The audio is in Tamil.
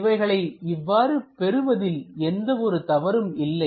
இவைகளை இவ்வாறு பெறுவதில் எந்த ஒரு தவறும் இல்லை